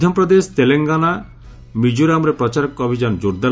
ମଧ୍ୟପ୍ରଦେଶ ତେଲଙ୍ଗାନା ଓ ମିକୋରାମ୍ରେ ପ୍ରଚାର ଅଭିଯାନ କୋର୍ଦାର୍